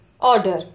Order